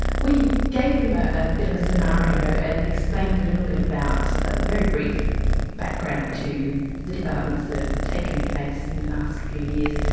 we gave them a a bit of a scenario and explained a little bit about a very brief background to the developments that have taken place in the last few years,